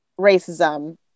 racism